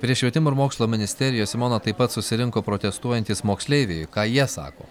prie švietimo ir mokslo ministerijos simona taip pat susirinko protestuojantys moksleiviai ką jie sako